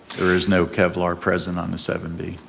there is no kevlar present on the seven b.